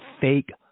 fake